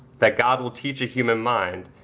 that god will teach a human mind,